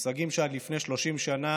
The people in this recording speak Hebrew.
מושגים שעד לפני 30 שנה